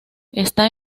está